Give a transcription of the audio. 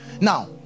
now